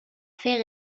fait